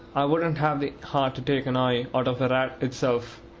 i wouldn't have the heart to take an eye out of a rat itself